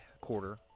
quarter